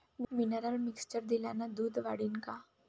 Mineral mixture दिल्यानं दूध वाढीनं का?